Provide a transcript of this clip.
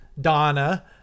Donna